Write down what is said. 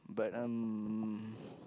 but um